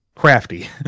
crafty